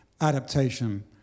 adaptation